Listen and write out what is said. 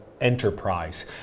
enterprise